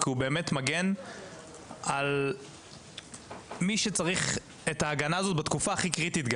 כי הוא באמת מגן על מי שצריך את ההגנה הזאת בתקופה הכי קריטית.